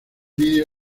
video